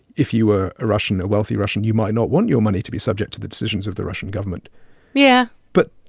if you were a russian a wealthy russian, you might not want your money to be subject to the decisions of the russian government yeah, yeah but,